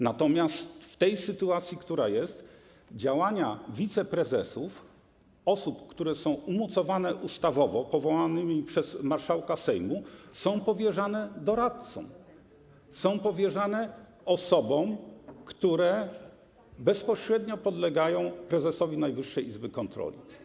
Natomiast w tej sytuacji, która jest, działania wiceprezesów, osób, które są umocowane ustawowo, powołane przez marszałka Sejmu, są powierzane doradcom, są powierzane osobom, które bezpośrednio podlegają prezesowi Najwyższej Izby Kontroli.